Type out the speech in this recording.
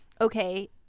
okay